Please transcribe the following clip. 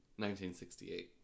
1968